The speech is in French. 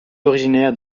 originaires